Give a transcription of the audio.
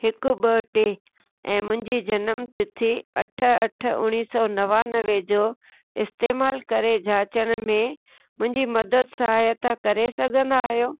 हिकु ॿ टे ऐं मुंहिंजी जनम तिथी अठ अठ उणिवीह सौ नवानवे जो इस्तेमाल करे जांचण में मुंहिंजी मदद सहायता करे सघंदा आहियो